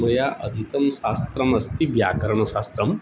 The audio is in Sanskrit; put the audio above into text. मया अधीतं शास्त्रमस्ति व्याकरणशास्त्रं